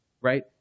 right